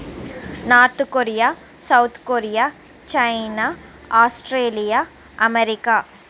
north Korea South Korea China Australia America